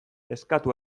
eskatu